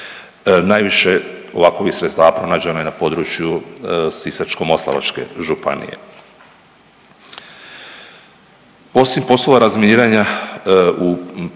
najviše ovakovih sredstava pronađeno je na području Sisačko-moslavačke županije.